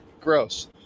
Gross